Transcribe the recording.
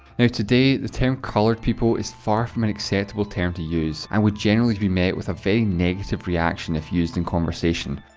you know today, the term colored people is far from an acceptable term to use, and would generally be met with a very negative reaction if used in conversation.